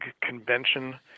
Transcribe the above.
convention